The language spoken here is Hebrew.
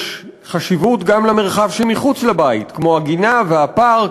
יש חשיבות גם למרחב שמחוץ לבית, כמו הגינה והפארק,